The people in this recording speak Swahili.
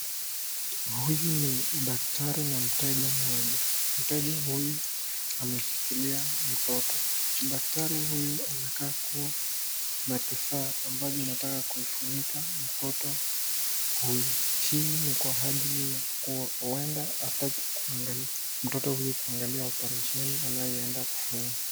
Huyu ni daktari na mteja mmoja, mteja huyu ameshikilia mtoto, daktari huyu anakaa kuwa na kifaa ambayo inataka kuifunika mtoto huyu, hii ni kwa ajili ya huenda hataki mtoto huyu kuangalia operesheni anayeenda kufanya.